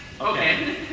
Okay